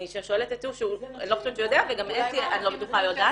אני שואלת --- שאני לא חושבת שהוא יודע וגם אני לא בטוחה שאתי יודעת.